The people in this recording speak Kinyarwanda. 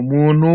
Umuntu